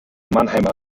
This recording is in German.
mannheimer